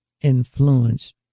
influence